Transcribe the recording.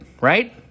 right